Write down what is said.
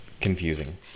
confusing